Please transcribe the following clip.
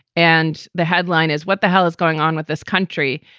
and the headline is what the hell is going on with this country?